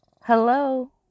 Hello